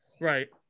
Right